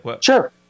Sure